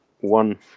one